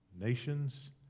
Nations